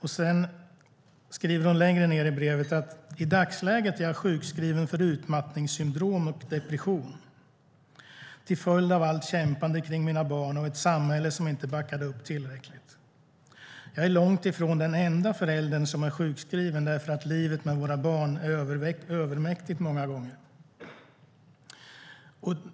Hon skriver längre ned i brevet: I dagsläget är jag sjukskriven för utmattningssyndrom och depression till följd av allt kämpande kring mina barn och ett samhälle som inte backade upp tillräckligt. Jag är långt ifrån den enda föräldern som är sjukskriven därför att livet med våra barn är övermäktigt många gånger.